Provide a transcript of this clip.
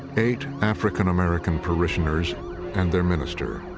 eight african-american parishioners and their minister.